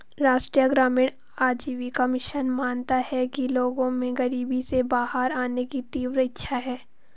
राष्ट्रीय ग्रामीण आजीविका मिशन मानता है कि लोगों में गरीबी से बाहर आने की तीव्र इच्छा है